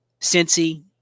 Cincy